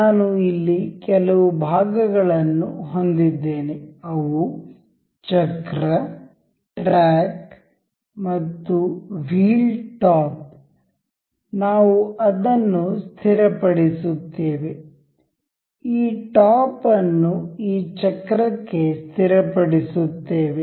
ನಾನು ಇಲ್ಲಿ ಕೆಲವು ಭಾಗಗಳನ್ನು ಹೊಂದಿದ್ದೇನೆ ಅವು ಚಕ್ರ ಟ್ರ್ಯಾಕ್ ಮತ್ತು ವೀಲ್ ಟಾಪ್ ನಾವು ಅದನ್ನು ಸ್ಥಿರ ಪಡಿಸುತ್ತೇವೆ ಈ ಟಾಪ್ ಅನ್ನು ಈ ಚಕ್ರಕ್ಕೆ ಸ್ಥಿರ ಪಡಿಸುತ್ತೇವೆ